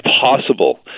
possible